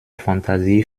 fantasie